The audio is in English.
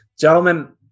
gentlemen